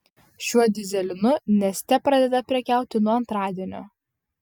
šiuo dyzelinu neste pradeda prekiauti nuo antradienio